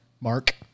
Mark